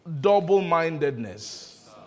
double-mindedness